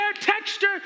texture